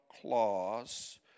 clause